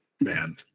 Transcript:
Man